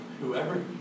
Whoever